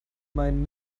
mein